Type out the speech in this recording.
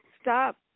Stop